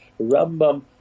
Rambam